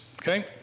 Okay